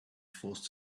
forced